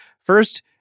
first